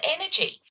energy